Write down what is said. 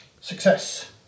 Success